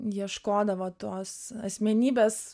ieškodavo tos asmenybės